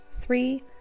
three